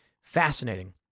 Fascinating